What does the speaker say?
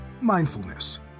mindfulness